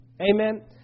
Amen